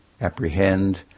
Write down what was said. apprehend